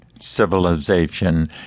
civilization